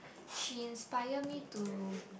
she inspire me to